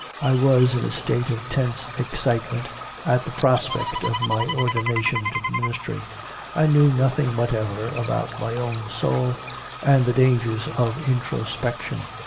i was in a state of tense excitement at the prospect of my ordination to the ministry i knew nothing whatever about my own soul and the dangers of in trospection,